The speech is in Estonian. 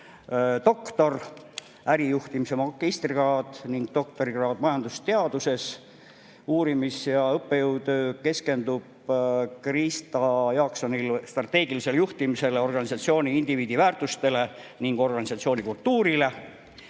Tal on ärijuhtimise magistrikraad ning doktorikraad majandusteaduses. Oma uurimis- ja õppejõu töös keskendub Krista Jaakson strateegilisele juhtimisele, organisatsiooni ja indiviidi väärtustele ning organisatsioonikultuurile. Karin